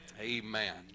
amen